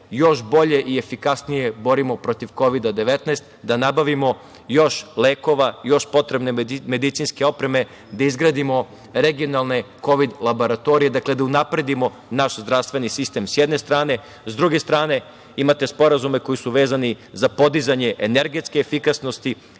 još bolje i efikasnije borimo protiv Kovida-19, da nabavimo još lekova, još potrebne medicinske opreme, da izgradimo regionalne kovid laboratorije, da unapredimo naš zdravstveni sistem, s jedne strane.S druge strane, imate sporazume koji su vezani za podizanje energetske efikasnosti